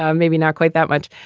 ah maybe not quite that much,